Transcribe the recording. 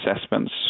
assessments